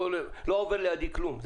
לא עובר לידי כלום,